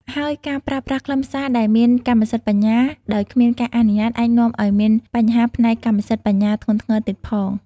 ហើយការប្រើប្រាស់ខ្លឹមសារដែលមានកម្មសិទ្ធិបញ្ញាដោយគ្មានការអនុញ្ញាតអាចនាំឲ្យមានបញ្ហាផ្នែកកម្មសិទ្ធិបញ្ញាធ្ងន់ធ្ងរទៀតផង។